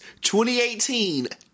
2018